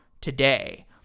today